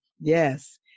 Yes